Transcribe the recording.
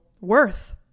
worth